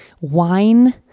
Wine